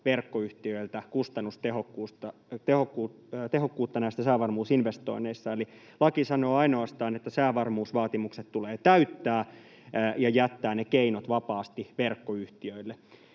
verkkoyhtiöiltä kustannustehokkuutta säävarmuusinvestoinneista. Eli laki sanoo ainoastaan, että säävarmuusvaatimukset tulee täyttää, ja jättää keinot vapaasti verkkoyhtiöille.